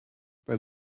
bei